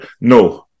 no